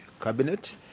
cabinet